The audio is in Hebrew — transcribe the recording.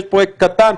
יש פרויקט קטן,